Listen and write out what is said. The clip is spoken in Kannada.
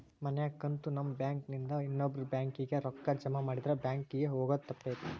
ಮನ್ಯಾಗ ಕುಂತು ನಮ್ ಬ್ಯಾಂಕ್ ನಿಂದಾ ಇನ್ನೊಬ್ಬ್ರ ಬ್ಯಾಂಕ್ ಕಿಗೆ ರೂಕ್ಕಾ ಜಮಾಮಾಡಿದ್ರ ಬ್ಯಾಂಕ್ ಕಿಗೆ ಹೊಗೊದ್ ತಪ್ತೆತಿ